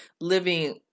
living